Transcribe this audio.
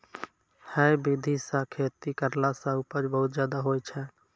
है विधि सॅ खेती करला सॅ उपज बहुत ज्यादा होय छै